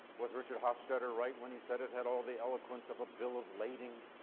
was richard hofstadter right when he said it had all the eloquence of a bill of lading